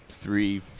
three